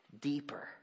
deeper